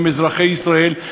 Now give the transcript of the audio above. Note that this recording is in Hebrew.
הם אזרחי ישראל,